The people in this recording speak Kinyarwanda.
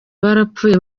barapfuye